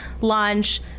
lunch